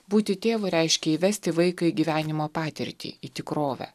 būti tėvu reiškia įvesti vaiką į gyvenimo patirtį į tikrovę